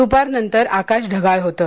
दुपारनंतर आकाश ढगाळ होतं